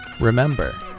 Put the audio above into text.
remember